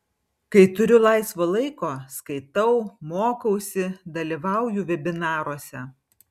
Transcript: kai turiu laisvo laiko skaitau mokausi dalyvauju vebinaruose